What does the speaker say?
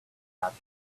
catch